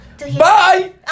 Bye